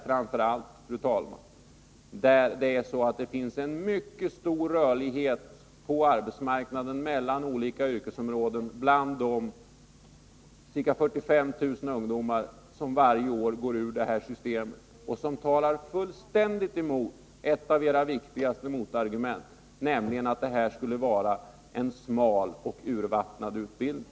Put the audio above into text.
Framför allt finns det, fru talman, en mycket stor rörlighet på arbetsmarknaden mellan olika yrkesområden bland de ca 45 000 ungdomar som varje år går ur det här systemet. Det talar fullständigt emot ett av socialdemokraternas viktigaste motargument, nämligen att det skulle vara en smal och urvattnad utbildning.